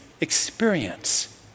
experience